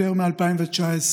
יותר מ-2019,